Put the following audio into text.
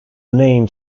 name